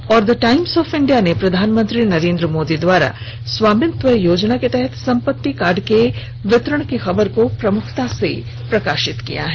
और the times of India ने प्रधानमंत्री नरेंद्र मोदी द्वारा स्वामित्व योजना के तहत संपत्ति कार्ड के वितरण की खबर को प्रमुखता से प्रकाशित किया है